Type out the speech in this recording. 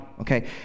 okay